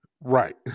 right